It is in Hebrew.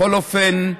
בכל אופן,